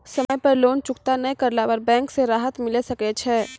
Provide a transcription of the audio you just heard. समय पर लोन चुकता नैय करला पर बैंक से राहत मिले सकय छै?